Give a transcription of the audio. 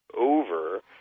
over